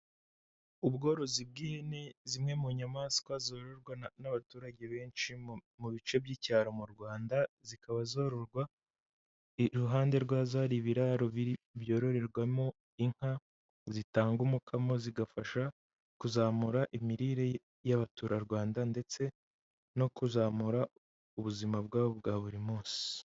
Ubworozi bw'ihene zimwe mu nyamaswa zororwa n'abaturage benshi mu bice by'icyaro mu Rwanda, zikaba zororwa iruhande rwazo hari ibiraro byororerwamo inka zitanga umukamo zigafasha kuzamura imirire y'abaturarwanda ndetse no kuzamura ubuzima bwabo bwa buri munsi.